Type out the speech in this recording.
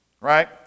right